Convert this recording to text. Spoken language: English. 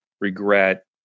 regret